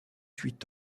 huit